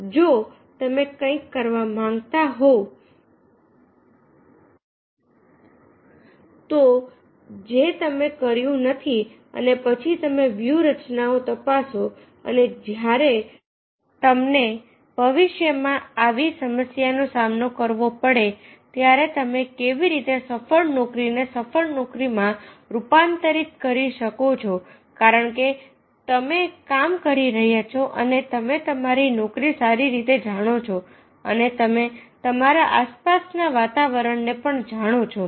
જો તમે કંઈક કરવા માંગતા હોવ તો જે તમે કર્યું નથી અને પછી તમે વ્યૂહરચનાઓ તપાસો અને જ્યારે તમને ભવિષ્યમાં આવી સમસ્યાનો સામનો કરવો પડે ત્યારે તમે કેવી રીતે સફળ નોકરીને સફળ નોકરી માં રૂપાંતરિત કરી શકો છો કારણકે તમે કામ કરી રહ્યા છો અને તમે તમારી નોકરી સારી રીતે જાણો છો અને તમે તમારા આસપાસના વાતાવરણને પણ જાણો છો